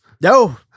No